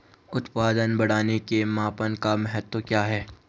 उत्पादन बढ़ाने के मापन का महत्व क्या है?